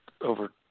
over